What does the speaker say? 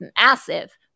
massive